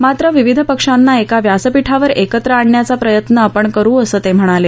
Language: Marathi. मात्र विविध पक्षांना एका व्यासपीठावर एकत्र आणण्याचा प्रयत्न आपण करु असं ते म्हणाले